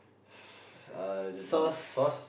uh the the the sauce